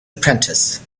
apprentice